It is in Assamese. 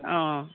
অঁ